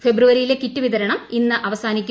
ഫെബ്രുവരിയിലെ kit വിതരണം ഇന്ന് അവസാനിക്കും